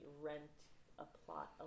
rent-a-plot